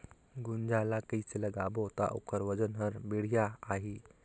गुनजा ला कइसे लगाबो ता ओकर वजन हर बेडिया आही?